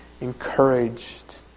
encouraged